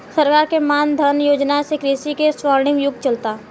सरकार के मान धन योजना से कृषि के स्वर्णिम युग चलता